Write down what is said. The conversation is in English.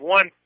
One